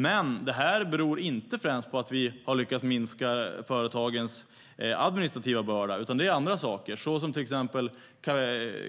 Men det beror inte främst på att vi har lyckats minska företagens administrativa börda, utan det handlar om andra saker, såsom